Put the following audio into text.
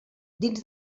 dins